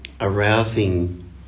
Arousing